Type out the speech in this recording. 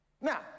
Now